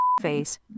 Face